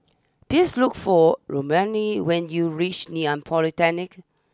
please look for Romaine when you reach Ngee Ann Polytechnic